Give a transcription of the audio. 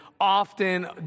often